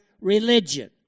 religion